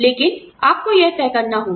लेकिन आपको यह तय करना होगा